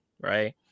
right